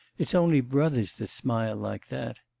it's only brothers that smile like that!